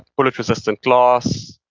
bullet-resistant glass,